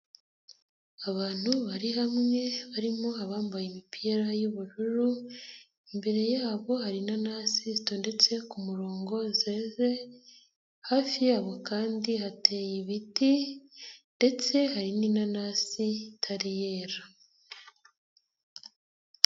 Abantu bari hamwe barimo abambaye imipira y'ubururu, imbere yabo hari inanasi zitondetse ku murongo zeze, hafi yabo kandi hateye ibiti, ndetse hari n'inanasi itari yera.